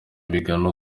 bigana